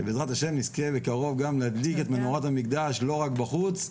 שבעזרת השם נזכה בקרוב גם להדליק את מנורת המקדש לא רק בחוץ,